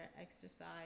exercise